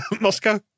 Moscow